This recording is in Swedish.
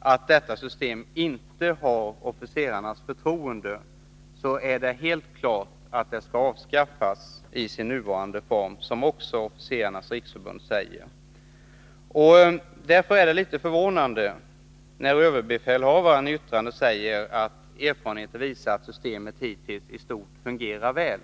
att detta system inte har officerarnas förtroende, är det helt klart att det bör avskaffas i sin nuvarande form, vilket också Officerarnas riksförbund säger. Därför är det litet förvånande när överbefälhavaren i sitt yttrande säger att erfarenheten visar att systemet hittills i stort fungerat väl.